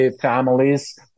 families